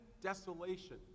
desolation